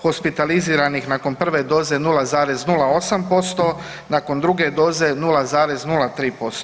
Hospitaliziranih nakon prve doze 0,08%, nakon druge doze 0,03%